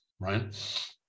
right